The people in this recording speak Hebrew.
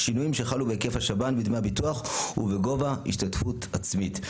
שינויים שחלו בהיקף השב"ן בדמי הביטוח ובגובה השתתפות עצמית.